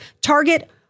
Target